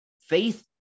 faith